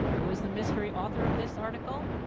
who is the mystery author of this article?